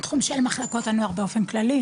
תחום של מחלקות הנוער באופן כללי,